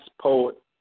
poet